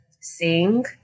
sing